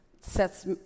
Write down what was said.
sets